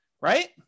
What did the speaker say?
right